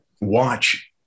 watch